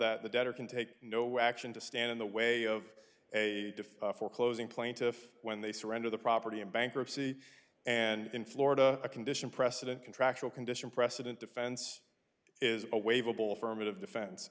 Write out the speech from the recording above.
that the debtor can take no action to stand in the way of a diff foreclosing plaintiff when they surrender the property in bankruptcy and in florida a condition precedent contractual condition precedent defense is a wave a ball firm of defense